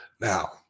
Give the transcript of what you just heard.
now